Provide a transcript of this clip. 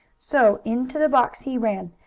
so into the box he ran,